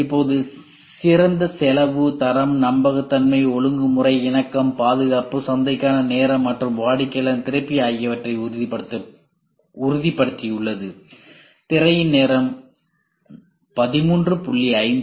இப்போது இது சிறந்த செலவு தரம் நம்பகத்தன்மை ஒழுங்குமுறை இணக்கம் பாதுகாப்பு சந்தைக்கான நேரம் மற்றும் வாடிக்கையாளர் திருப்தி ஆகியவற்றை உறுதிப்படுத்தியுள்ளது